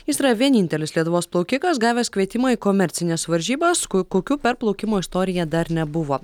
jis yra vienintelis lietuvos plaukikas gavęs kvietimą į komercines varžybas ko kokių per plaukimo istoriją dar nebuvo